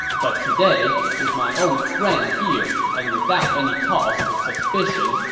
but today, with my old friend here, and without any cause for suspicion,